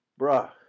Bruh